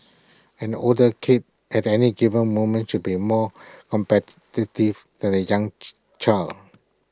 an older kid at any given moment should be more competitive than A young child